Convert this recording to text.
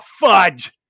fudge